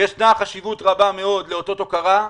ישנה חשיבות רבה מאוד לאותות הוקרה,